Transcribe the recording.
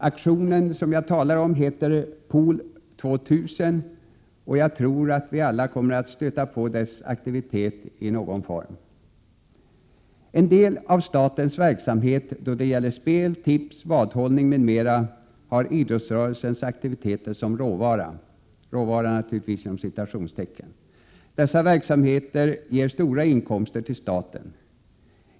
Aktionen heter Pool 2000, och jag tror att vi alla kommer att stöta på aktiviteterna i någon form. En del av statens verksamhet då det gäller spel, tips, vadhållning m.m. har idrottsrörelsens aktiviteter som ”råvara”. Dessa verksamheter ger stora inkomster till staten.